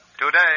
Today